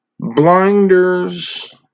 Blinders